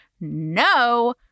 no